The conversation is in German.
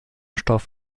stoff